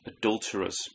adulterers